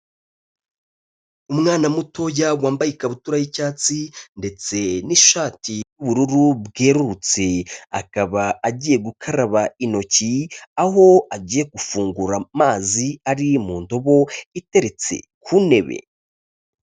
Umwana mutoya wambaye ikabutura y'icyatsi ndetse n'ishati y'ubururu bwerurutse, akaba agiye gukaraba intoki, aho agiye gufungura amazi ari mu ndobo iteretse ku ntebe.